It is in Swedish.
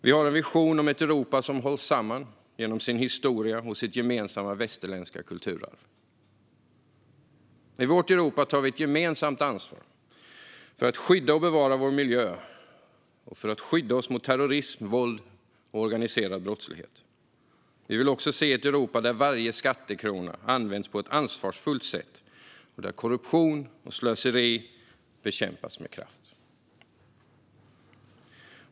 Vi har en vision om ett Europa som hålls samman genom sin historia och sitt gemensamma västerländska kulturarv. I vårt Europa tar vi ett gemensamt ansvar för att skydda och bevara vår miljö och för att skydda oss mot terrorism, våld och organiserad brottslighet. Vi vill också se ett Europa där varje skattekrona används på ett ansvarsfullt sätt och där korruption och slöseri bekämpas med kraft.